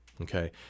Okay